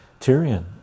Tyrion